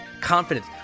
confidence